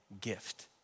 gift